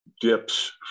dips